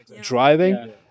driving